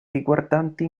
riguardanti